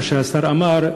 מה שהשר אמר,